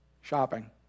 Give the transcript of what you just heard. shopping